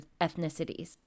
ethnicities